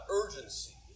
urgency